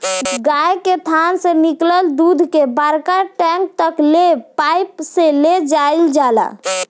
गाय के थान से निकलल दूध के बड़का टैंक तक ले पाइप से ले जाईल जाला